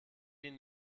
ihnen